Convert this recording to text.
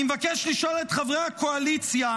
אני מבקש לשאול את חברי הקואליציה,